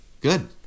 Good